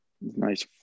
nice